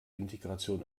integration